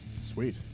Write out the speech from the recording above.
Sweet